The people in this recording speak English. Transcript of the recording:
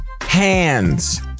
hands